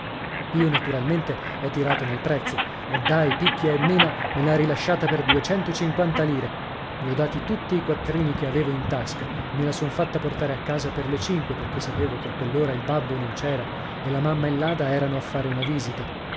io naturalmente ho tirato nel prezzo e dài picchia e mena me l'ha rilasciata per duecentocinquanta lire gli ho dati tutti i quattrini che avevo in tasca e me la son fatta portare a casa per le cinque perché sapevo che a quell'ora il babbo non c'era e la mamma e l'ada erano a fare una visita